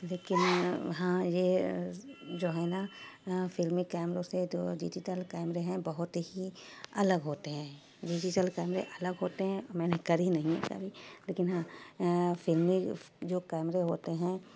لیکن ہاں یہ جو ہے نا فلمی کیمروں سے تو ڈیجیٹل کیمرے ہیں بہت ہی الگ ہوتے ہیں ڈیجیٹل کیمرے الگ ہوتے ہیں میں نے کری نہیں کبھی لیکن ہاں فلمی جو کیمرے ہوتے ہیں